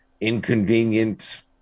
inconvenient